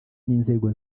n’inzego